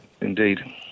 indeed